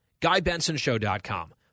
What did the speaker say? GuyBensonShow.com